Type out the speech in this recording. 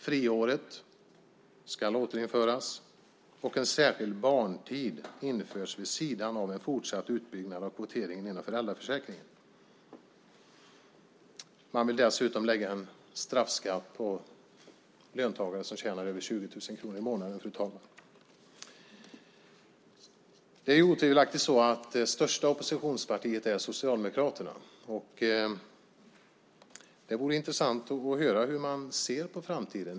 Friåret ska återinföras, och en särskild barntid ska införas vid sidan av en fortsatt utbyggnad av kvoteringen inom föräldraförsäkringen. Man vill dessutom lägga en straffskatt på löntagare som tjänar över 20 000 kronor i månaden, fru talman. Det är otvivelaktigt så att det största oppositionspartiet är Socialdemokraterna. Det vore intressant att höra hur man ser på framtiden.